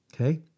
Okay